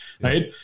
right